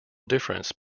difference